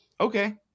okay